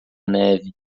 neve